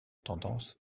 tendance